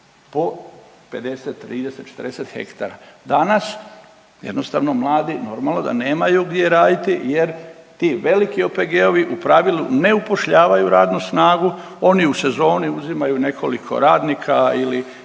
po 50, 30, 40 hektara. Danas jednostavno mladi normalno da nemaju gdje raditi, jer ti veliki OPG-ovi u pravilu ne upošljavaju radnu snagu. Oni u sezoni uzimaju nekoliko radnika ili